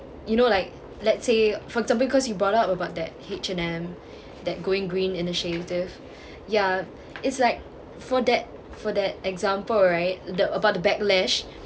you know like let's say for example cause you brought up about that H&M that going green initiative ya it's like for that for that example right the about the backlash